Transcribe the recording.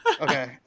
Okay